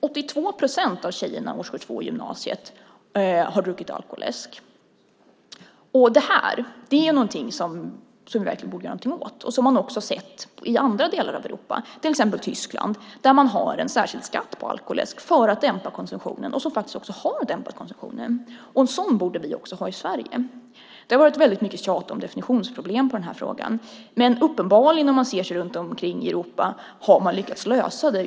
82 procent av tjejerna i årskurs 2 i gymnasiet har druckit alkoläsk. Det är något som vi verkligen borde göra någonting åt. Man har sett detta även i andra delar av Europa, till exempel Tyskland. Där har man en särskild skatt på alkoläsk just för att dämpa konsumtionen, vilket också har skett. En sådan borde vi ha även i Sverige. Det har varit mycket tjat om definitionsproblem i den här frågan, men om man ser sig om i Europa har man uppenbarligen lyckats lösa det.